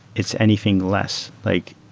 it's anything less. like